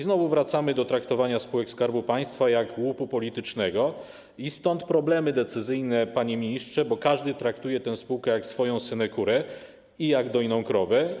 Znowu wracamy do traktowania spółek Skarbu Państwa jako łupu politycznego i stąd problemy decyzyjne, panie ministrze, bo każdy traktuje taką spółkę jak swoją synekurę i jak dojną krowę.